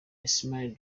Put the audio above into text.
ismaila